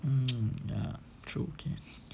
mm ya true okay